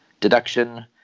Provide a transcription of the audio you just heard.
Deduction